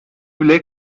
bile